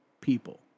people